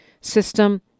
system